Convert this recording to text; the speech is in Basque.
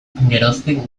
geroztik